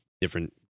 different